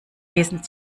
lesen